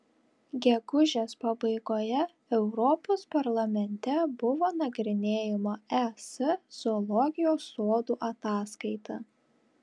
gegužės pabaigoje europos parlamente buvo nagrinėjama es zoologijos sodų ataskaita